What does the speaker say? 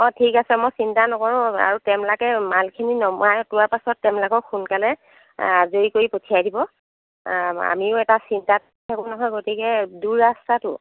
অ' ঠিক আছে মই চিন্তা নকৰো আৰু কেনবাকে মালখিনি নমাই লোৱা পিছত তেওঁলোকক সোনকালে আজৰি কৰৈ পঠিয়াই দিব আমিও এটা চিন্তাত থাকো নহয় গতিকে দূৰ ৰাস্তাটো